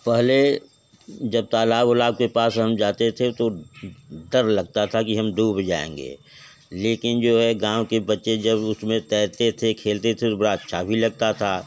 पहले जब तालाब वलाब के पास हम जाते थे तो डर लगता था कि हम डूब जाएंगे लेकिन जो है गाँव के जब बच्चे जब उसमें तैरते थे खेलते थे तो उसमें बड़ा अच्छा भी लगता था